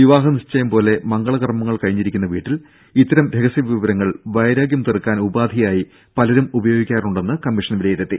വിവാഹ നിശ്ചയംപോലെ മഗള കർമ്മങ്ങൾ കഴിഞ്ഞിരിക്കുന്ന വീട്ടിൽ ഇത്തരം രഹസ്യ വിവരങ്ങൾ വൈരാഗ്യം തീർക്കാനുള്ള ഉപാധിയായി പലരും ഉപയോഗിക്കാറുണ്ടെന്ന് കമ്മീഷൻ വിലയിരുത്തി